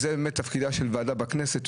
זה תפקידה של ועדה בכנסת.